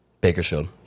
Bakersfield